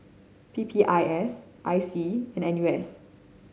P P I S I C and N U S